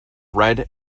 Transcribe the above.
red